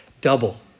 double